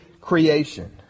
creation